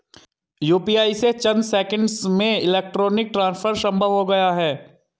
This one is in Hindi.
यूपीआई से चंद सेकंड्स में इलेक्ट्रॉनिक ट्रांसफर संभव हो गया है